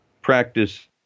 practice